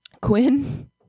Quinn